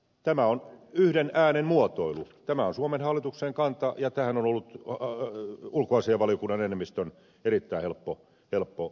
tämä on yhden äänen muotoilu tämä on suomen hallituksen kanta ja tähän on ollut ulkoasiainvaliokunnan enemmistön erittäin helppo yhtyä